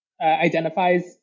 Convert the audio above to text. identifies